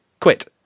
quit